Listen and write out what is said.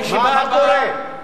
הישיבה הבאה, מה קורה,